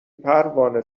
پروانه